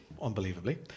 unbelievably